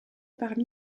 parmi